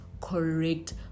correct